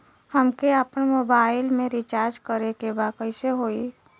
हमके आपन मोबाइल मे रिचार्ज करे के बा कैसे होई?